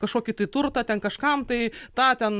kažkokį tai turtą ten kažkam tai tą ten